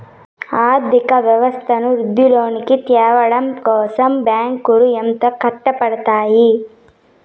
ఆర్థిక వ్యవస్థను వృద్ధిలోకి త్యావడం కోసం బ్యాంకులు ఎంతో కట్టపడుతాయి